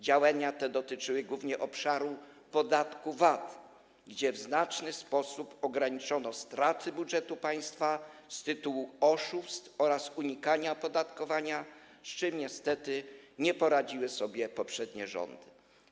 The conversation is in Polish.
Działania te dotyczyły głównie obszaru podatku VAT, gdzie w znaczny sposób ograniczono straty budżetu państwa z tytułu oszustw oraz unikania opodatkowania, z czym niestety nie poradziły sobie poprzednie rządy.